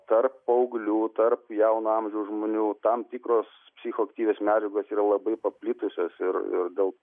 tarp paauglių tarp jauno amžiaus žmonių tam tikros psichoaktyvios medžiagos yra labai paplitusios ir ir dėl